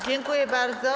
Dziękuję bardzo.